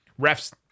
refs